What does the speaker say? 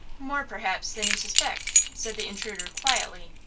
more, perhaps, than you suspect, said the intruder, quietly.